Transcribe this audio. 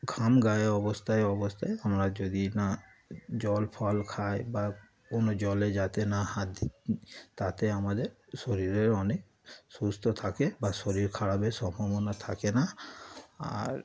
ঘাম গায়ে অবস্থায় অবস্থায় আমরা যদি না জল ফল খাই বা কোনো জলে যাতে না হাত দিই তাতে আমাদের শরীরের অনেক সুস্থ থাকে বা শরীর খারাপের সম্ভাবনা থাকে না আর